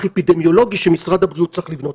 אפידמיולוגי שמשרד הבריאות צריך לבנות.